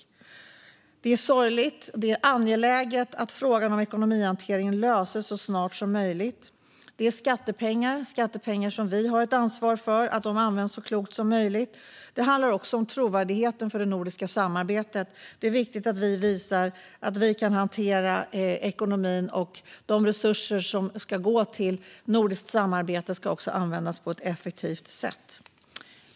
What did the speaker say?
Detta är sorgligt, och det är angeläget att frågan om ekonomihanteringen löses så fort som möjligt. Det handlar om skattepengar, och vi har ett ansvar för att de används så klokt som möjligt. Det handlar också om trovärdigheten hos det nordiska samarbetet. Det är viktigt att vi visar att vi kan hantera ekonomin. De resurser som ska gå till nordiskt samarbete ska användas på ett effektivt sätt.